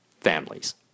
families